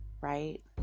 right